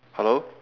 hello